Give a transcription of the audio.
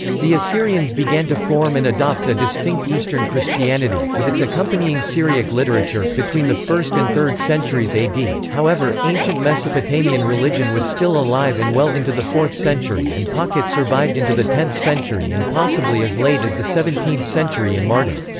the assyrians began to form and adopt a distinct eastern christianity, with its accompanying syriac literature, between the first and third centuries ad however, ancient mesopotamian religion was still alive and well into the fourth century and pockets survived into the tenth century and possibly as late as the seventeenth century in mardin.